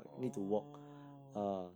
oh